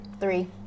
Three